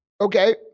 okay